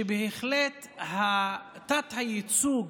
שבהחלט תת-הייצוג